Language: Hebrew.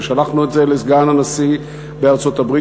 ושלחנו את זה לסגן הנשיא בארצות-הברית,